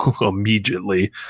immediately